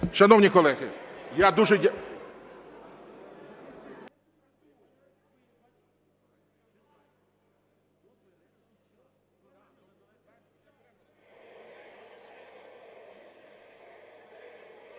Шановні колеги, я дуже дякую…